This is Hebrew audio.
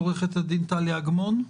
עורכת הדין טליה אגמון.